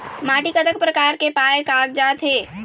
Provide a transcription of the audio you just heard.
माटी कतक प्रकार के पाये कागजात हे?